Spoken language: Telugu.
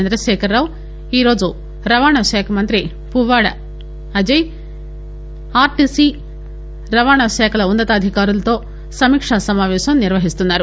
చంద్రశేఖర్రావు ఈ రోజు రవాణాశాఖమంతి ఫువ్వాడ అంజయ్ ఆర్టీసీ రవాణాశాఖల ఉన్నతాధికారులతో సమీక్ష సమావేశం నిర్వహిసుతన్నారు